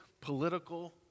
political